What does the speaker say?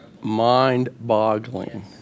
mind-boggling